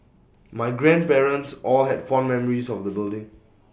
my grandparents all had fond memories of the building